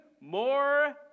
more